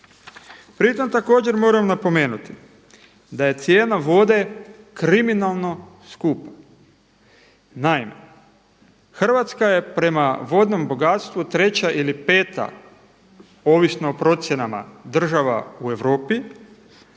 Pri tom također moram napomenuti da je cijena vode kriminalno skupa. Naime, Hrvatska je prema vodnom bogatstvu treća ili peta ovisno o procjenama država u Europi